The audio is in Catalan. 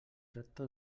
tracta